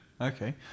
Okay